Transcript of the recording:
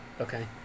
Okay